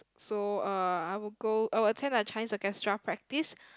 so uh I would go I would attend a Chinese Orchestra practice